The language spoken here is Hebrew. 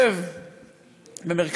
אני חושב שציוד רפואי,